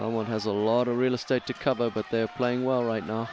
no one has a lot of real estate to cover but they're playing well right now